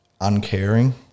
uncaring